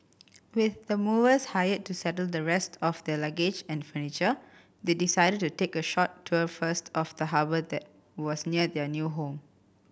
with the movers hired to settle the rest of their luggage and furniture they decided to take a short tour first of the harbour that was near their new home